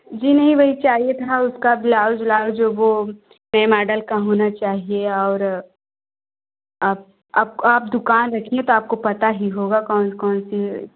जी नहीं वही चाहिए था उसका ब्लाउज उलाउज वो ये माडल का होना चाहिए और आप आप आप दुकान रखी हैं तो आपको पता ही होगा कौन कौन सी